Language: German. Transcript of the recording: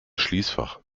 schließfach